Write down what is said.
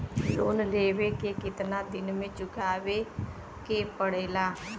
Loan लेवे के कितना दिन मे चुकावे के पड़ेला?